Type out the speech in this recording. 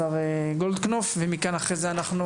השר גולדקנופ ומכאן אחרי זה אנחנו,